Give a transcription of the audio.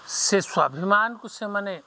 ସେ ସ୍ୱାଭିମାନ୍କୁ ସେମାନେ